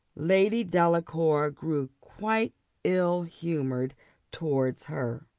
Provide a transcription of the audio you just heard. lady delacour grew quite ill-humoured towards her.